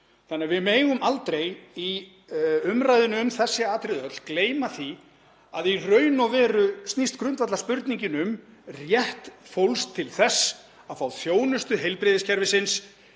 sjúkdómi. Við megum því aldrei í umræðunni um öll þessi atriði gleyma því að í raun og veru snýst grundvallarspurningin um rétt fólks til þess að fá þjónustu heilbrigðiskerfisins